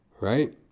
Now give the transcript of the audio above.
right